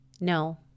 No